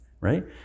right